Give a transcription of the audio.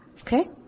Okay